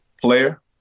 player